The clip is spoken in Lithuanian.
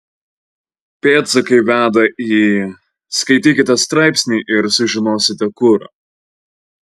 pėdsakai veda į skaitykite straipsnį ir sužinosite kur